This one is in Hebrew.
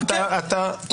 אל תהרוס.